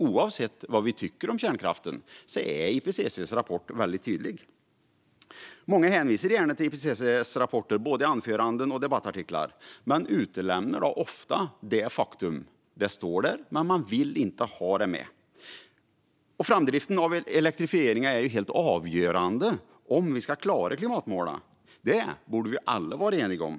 Oavsett vad vi tycker om kärnkraften är IPCC:s rapporter väldigt tydliga. Många hänvisar gärna till IPCC:s rapporter i både anföranden och debattartiklar men utelämnar ofta detta faktum. Det står där, men man vill inte ha det med. Framdriften av elektrifieringen är helt avgörande för om vi ska klara klimatmålen; det borde vi alla vara eniga om.